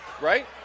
right